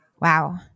Wow